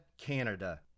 Canada